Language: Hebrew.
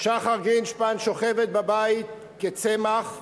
שחר גרינשפן שוכבת בבית כצמח,